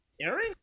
Aaron